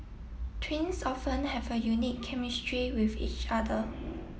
twins often have a unique chemistry with each other